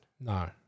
No